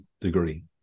degree